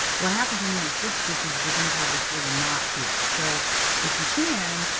what happens when you have a slip stitch is you're going to have this little knot here. so if you can,